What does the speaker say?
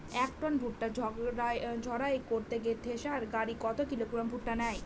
এক টন ভুট্টা ঝাড়াই করতে থেসার গাড়ী কত কিলোগ্রাম ভুট্টা নেয়?